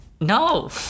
No